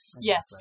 Yes